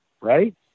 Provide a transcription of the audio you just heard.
right